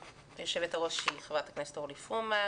יושבת הראש היא חברת הכנסת אורלי פרומן,